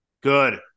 good